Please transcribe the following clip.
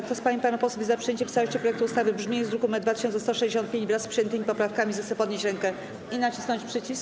Kto z pań i panów posłów jest za przyjęciem w całości projektu ustawy w brzmieniu z druku nr 2165, wraz z przyjętymi poprawkami, zechce podnieść rękę i nacisnąć przycisk.